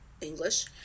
English